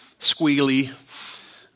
squealy